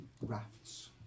rafts